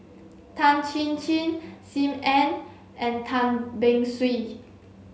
Tan Chin Chin Sim Ann and Tan Beng Swee